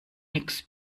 nichts